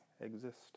exist